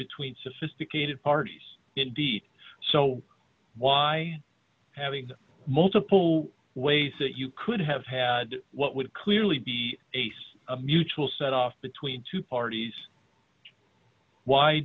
between sophisticated parties indeed so why having multiple ways that you could have had what would clearly be ace a mutual set off between two parties why